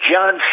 John